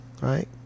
right